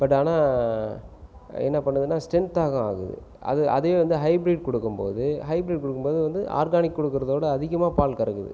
but ஆனால் என்ன பண்ணுதுன்னால் ஸ்டென்த் ஆக ஆகுது அதே வந்து ஹைபிரிட் கொடுக்கும்போது ஹைபிரிட் கொடுக்கும்போது வந்து ஆர்கானிக் கொடுக்குறத விட அதிகமாக பால் கறக்குது